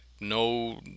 No